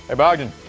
ah bogdan!